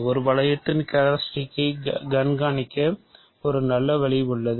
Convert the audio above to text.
ஒரு வளையத்தின் கேரக்ட்ரிஸ்டிக்களைக் கண்காணிக்க ஒரு நல்ல வழி உள்ளது